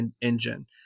engine